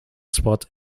spot